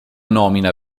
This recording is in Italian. nomina